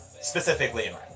specifically